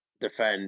defend